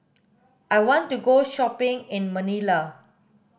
I want to go shopping in Manila